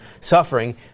suffering